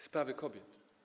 Sprawy kobiet.